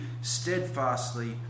steadfastly